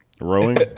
rowing